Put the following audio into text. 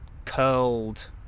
curled